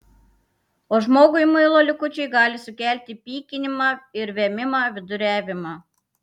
o žmogui muilo likučiai gali sukelti pykinimą ir vėmimą viduriavimą